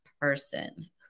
person